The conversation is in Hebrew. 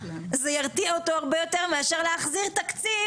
זה ירתיע אותו הרבה יותר מאשר להחזיר תקציב.